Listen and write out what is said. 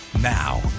Now